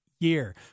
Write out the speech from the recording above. year